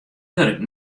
wurk